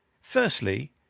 Firstly